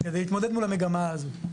כדי להתמודד מול המגמה הזו.